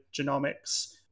genomics